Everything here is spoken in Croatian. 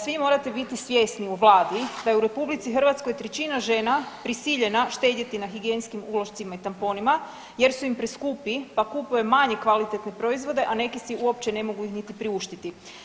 Svi morate biti svjesni u vladi da je u RH trećina žena prisiljena štedjeti na higijenskim ulošcima i tamponima jer su im preskupi pa kupuje manje kvalitetne proizvode, a neke si ih uopće ne mogu niti priuštiti.